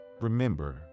Remember